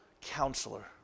Counselor